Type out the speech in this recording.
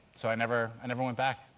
so i never eye never went back.